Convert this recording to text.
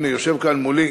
הנה, יושב כאן מולי